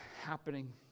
happening